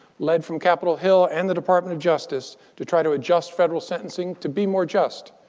led from capitol hill and the department of justice, to try to adjust federal sentencing to be more just.